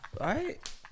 right